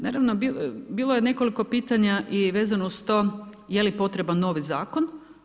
Naravno bilo je nekoliko pitanja i vezano uz to je li potreban novi zakon.